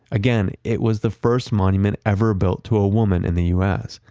again, it was the first monument ever built to a woman in the us.